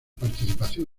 participación